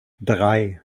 drei